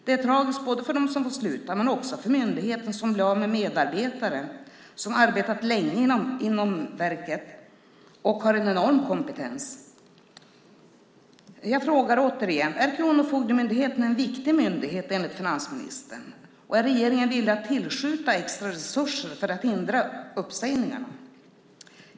Det är tragiskt för dem som får sluta men också för myndigheten, som blir av med medarbetare som arbetat länge inom verket och har en enorm kompetens. Jag frågar återigen: Är Kronofogdemyndigheten en viktig myndighet enligt finansministern? Och är regeringen villig att tillskjuta extra resurser för att hindra uppsägningarna?